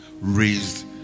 raised